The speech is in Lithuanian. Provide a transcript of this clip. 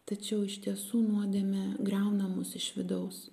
tačiau iš tiesų nuodėmė griauna mus iš vidaus